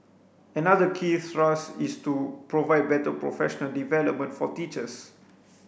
another key thrust is to provide better professional development for teachers